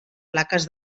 plaques